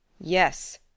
Yes